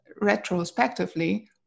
retrospectively